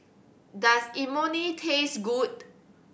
does Imoni taste good